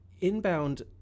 inbound